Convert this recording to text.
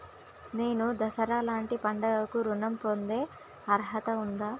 నేను దసరా లాంటి పండుగ కు ఋణం పొందే అర్హత ఉందా?